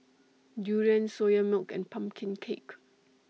Durian Soya Milk and Pumpkin Cake